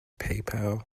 paypal